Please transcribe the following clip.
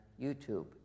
YouTube